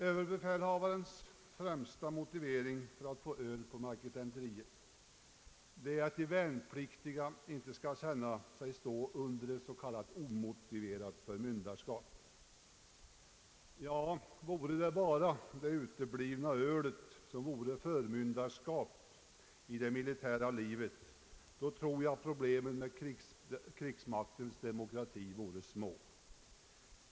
Överbefälhavarens främsta motivering för öl på marketenteriet är att de värnpliktiga inte skall känna sig stå under ett s.k. omotiverat förmynderskap. Ja, om bara det uteblivna ölet vore exempel på förmynderskap i det militära livet, då tror jag att problemen med krigsmaktens demokrati vore små.